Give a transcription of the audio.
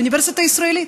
אוניברסיטה ישראלית.